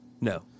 No